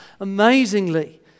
amazingly